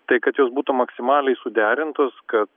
tai kad jos būtų maksimaliai suderintos kad